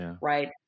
right